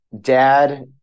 dad